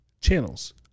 channels